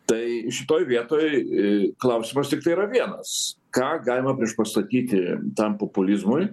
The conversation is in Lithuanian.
tai šitoj vietoj į klausimas tiktai yra vienas ką galima priešpastatyti tam populizmui